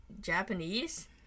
japanese